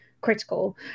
critical